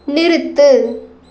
நிறுத்து